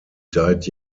died